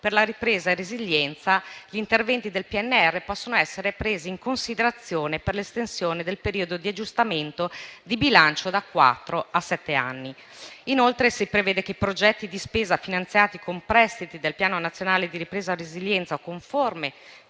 per la ripresa e resilienza, gli interventi del PNRR possono essere presi in considerazione per l'estensione del periodo di aggiustamento di bilancio da quattro a sette anni. Inoltre, si prevede che i progetti di spesa finanziati con prestiti del Piano